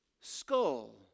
skull